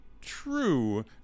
true